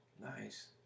Nice